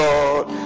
Lord